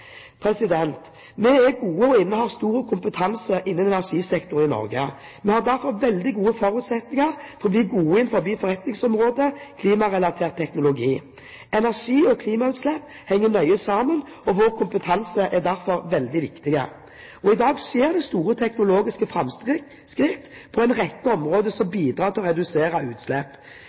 Vi er gode og innehar stor kompetanse innen energisektoren i Norge. Vi har derfor veldig gode forutsetninger for å bli gode innenfor forretningsområdet klimarelatert teknologi. Energi og klimautslipp henger nøye sammen, og vår kompetanse er derfor veldig viktig. I dag skjer det store teknologiske framskritt på en rekke områder som bidrar til å redusere utslipp.